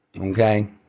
Okay